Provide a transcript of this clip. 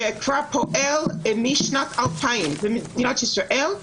שכבר פועל משנת 2000 במדינת ישראל,